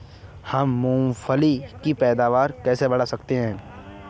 हम मूंगफली की पैदावार कैसे बढ़ा सकते हैं?